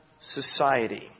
Society